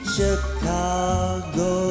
Chicago